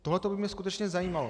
Tohle by mě skutečně zajímalo.